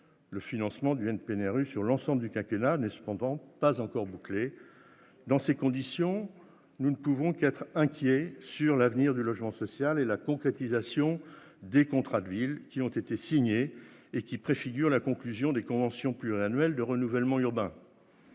Le financement du NPNRU sur l'ensemble du quinquennat n'est cependant pas encore bouclé. Dans ces conditions, nous ne pouvons qu'être inquiets sur l'avenir du logement social et la concrétisation des contrats de ville qui ont été signés et qui préfigurent la conclusion des conventions pluriannuelles de renouvellement urbain.